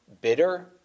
bitter